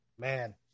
Man